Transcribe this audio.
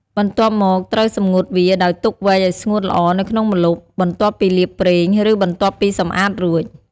បន្ទាប់មកត្រូវសម្ងួតវា ដោយទុកវែកឱ្យស្ងួតល្អនៅក្នុងម្លប់ បន្ទាប់ពីលាបប្រេង ឬបន្ទាប់ពីសម្អាតរួច។